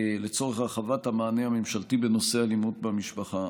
לצורך הרחבת המענה הממשלתי בנושא אלימות במשפחה.